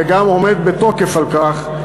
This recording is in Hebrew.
וגם עומד בתוקף על כך,